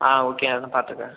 ஆ okay அதெல்லாம் பார்த்துக்குறேன்